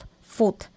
food